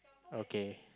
okay